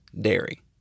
dairy